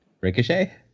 Ricochet